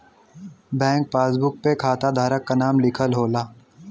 bank passbook पे खाता धारक क नाम लिखल होला